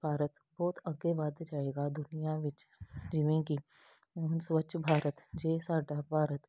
ਭਾਰਤ ਬਹੁਤ ਅੱਗੇ ਵੱਧ ਜਾਏਗਾ ਦੁਨੀਆਂ ਵਿੱਚ ਜਿਵੇਂ ਕਿ ਹੁਣ ਸਵੱਛ ਭਾਰਤ ਜੇ ਸਾਡਾ ਭਾਰਤ